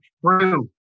true